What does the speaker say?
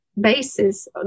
basis